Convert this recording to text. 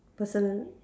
person